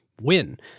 win